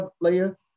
layer